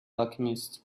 alchemist